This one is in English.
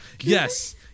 Yes